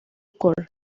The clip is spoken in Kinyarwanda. gukora